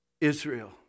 Israel